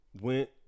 Went